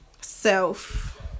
self